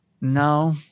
No